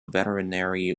veterinary